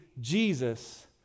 Jesus